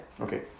okay